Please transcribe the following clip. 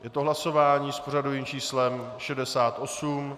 Je to hlasování s pořadovým číslem 68.